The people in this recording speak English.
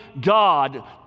God